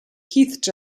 keith